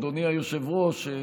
אדוני היושב-ראש,